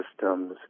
systems